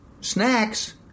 Snacks